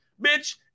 Bitch